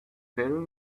very